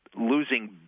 losing